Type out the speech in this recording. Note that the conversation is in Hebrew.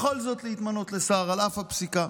בכל זאת להתמנות לשר, על אף הפסיקה.